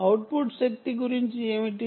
output శక్తి గురించి ఏమిటి